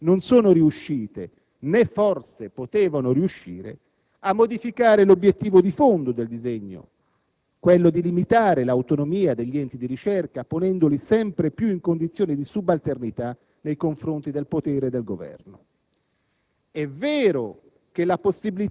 anche se tali migliorie non sono riuscite - né forse potevano riuscire - a modificare l'obiettivo di fondo del disegno: quello di limitare l'autonomia degli enti di ricerca, ponendoli sempre più in condizioni di subalternità nei confronti del potere del Governo.